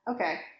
Okay